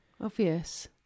Obvious